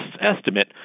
estimate